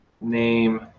name